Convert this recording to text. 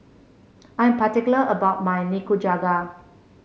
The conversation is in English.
I'm particular about my Nikujaga